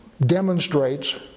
demonstrates